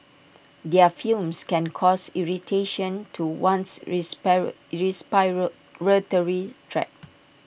their fumes can cause irritation to one's tract